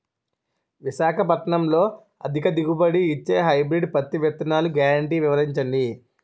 విశాఖపట్నంలో అధిక దిగుబడి ఇచ్చే హైబ్రిడ్ పత్తి విత్తనాలు గ్యారంటీ వివరించండి?